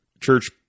church